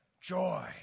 joy